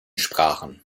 sprachen